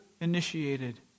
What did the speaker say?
initiated